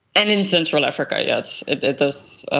and in central africa, yes, it does